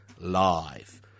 live